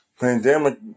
pandemic